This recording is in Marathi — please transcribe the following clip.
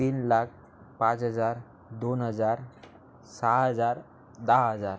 तीन लाख पाच हजार दोन हजार सहा हजार दहा हजार